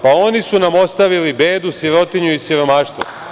Pa oni su nam ostavili bedu, sirotinju i siromaštvo.